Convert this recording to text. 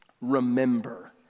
remember